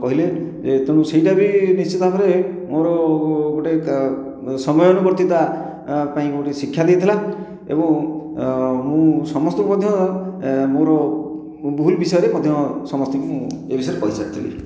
କହିଲେ ଯେ ତେଣୁ ସେଇଟା ବି ନିଶ୍ଚିତ ଭାବରେ ମୋର ଗୋଟିଏ ସମୟାନୁବର୍ତ୍ତିତା ପାଇଁ ବୋଲି ଶିକ୍ଷା ଦେଇଥିଲା ଏବଂ ମୁଁ ସମସ୍ତଙ୍କୁ ମଧ୍ୟ ମୋର ଭୁଲ ବିଷୟରେ ମଧ୍ୟ ସମସ୍ତଙ୍କୁ ମୁଁ ଏହି ବିଷୟରେ କହି ସାରିଥିଲି